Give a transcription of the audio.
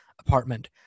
apartment